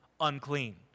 unclean